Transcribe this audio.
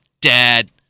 Dad